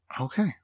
Okay